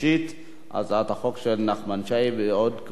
הצעת החוק של נחמן שי ועוד קבוצת חברים,